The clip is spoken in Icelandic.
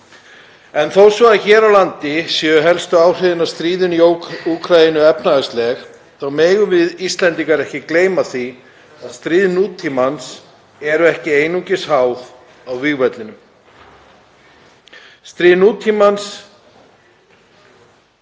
En þó svo að hér á landi séu helstu áhrifin af stríðinu í Úkraínu efnahagsleg megum við Íslendingar ekki gleyma því að stríð nútímans eru ekki einungis háð á vígvellinum.